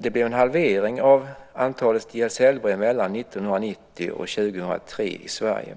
Det blev en halvering av antalet gesällbrev mellan 1990 och 2003 i Sverige.